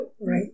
Right